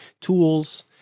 tools